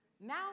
Now